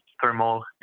thermal